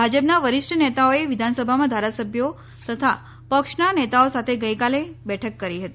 ભાજપના વરિષ્ઠ નેતાઓએ વિધાનસભામાં ધારાસભ્યો તથા પક્ષના નેતાઓ સાથે ગઇકાલે બેઠક કરી હતી